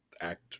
act